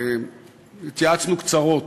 התייעצנו קצרות,